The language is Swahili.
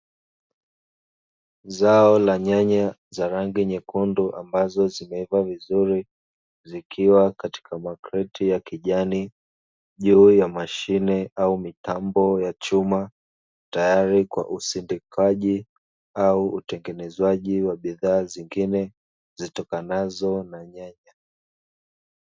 Zao la nyanya za rangi nyekundu ambazo zimeiva vizuri, zikiwa katika makreti ya kijani juu ya mashine au mitambo ya chuma, tayari kwa usindikwaji au utengenezwaji wa bidhaa zingine zitokanazo na nyanya.